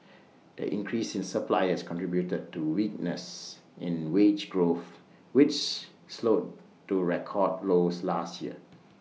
the increase in suppliers contributed to weakness in wage growth which slowed to record lows last year